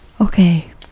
Okay